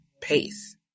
pace